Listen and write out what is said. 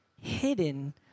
hidden